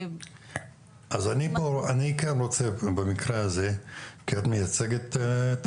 אני כאן רוצה במקרה הזה, כי את מייצגת את